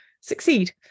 succeed